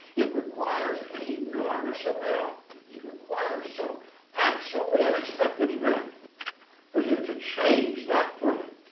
it requires an enormous amount it requires some absolutely unexpected event for you to change that plan.